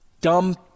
Dumb